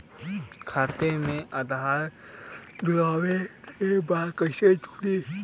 खाता में आधार जोड़े के बा कैसे जुड़ी?